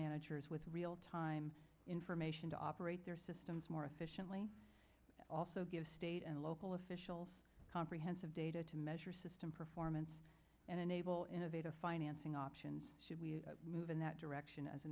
managers with real time information to operate their systems more efficiently also give state and local officials a comprehensive data to measure system performance and enable innovative financing options should we move in that direction as